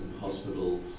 hospitals